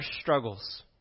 struggles